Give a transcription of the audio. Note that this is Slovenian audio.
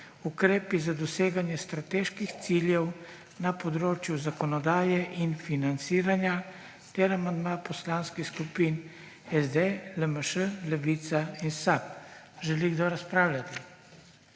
Ukrepi za doseganje strateških ciljev na področju zakonodaje in financiranja ter amandma poslanskih skupin SD, LMŠ, Levica in SAB. Želi kdo razpravljati?